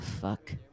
fuck